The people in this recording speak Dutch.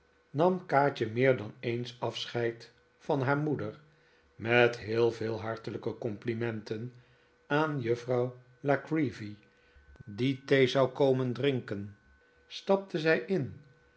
nam kaatje meer dan eens afscheid van haar moeder met heel veel hartelijke complimenten aan juffrouw la creevy die thee zou komen drinken stapte zij in